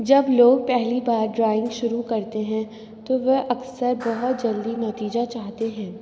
جب لوگ پہلی بار ڈرائنگ شروع کرتے ہیں تو وہ اکثر بہت جلدی نتیجہ چاہتے ہیں